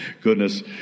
goodness